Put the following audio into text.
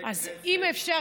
אז אם אפשר,